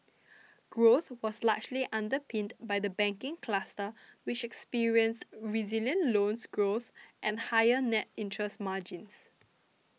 growth was largely underpinned by the banking cluster which experienced resilient loans growth and higher net interest margins